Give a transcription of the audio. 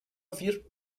wirbt